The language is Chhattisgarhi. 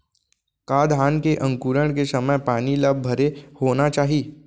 का धान के अंकुरण के समय पानी ल भरे होना चाही?